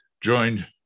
joined